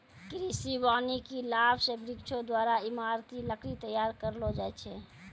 कृषि वानिकी लाभ से वृक्षो द्वारा ईमारती लकड़ी तैयार करलो जाय छै